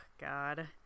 God